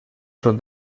són